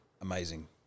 amazing